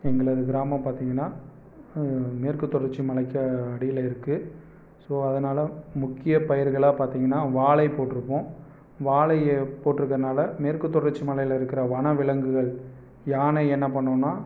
எங்களது கிராமம் பார்த்தீங்கன்னா மேற்குத்தொடர்ச்சி மலைக்கு அடியில் இருக்குது ஸோ அதனால் முக்கியப் பயிர்களா பார்த்தீங்கன்னா வாழை போட்டுருக்கோம் வாழையை போட்டுருக்கதுனால மேற்குத்தொடர்ச்சி மலையில் இருக்கிற வனவிலங்குகள் யானை என்ன பண்ணும்னா